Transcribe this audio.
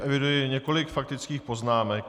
Eviduji několik faktických poznámek.